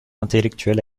intellectuel